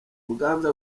muganza